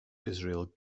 israel